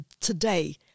today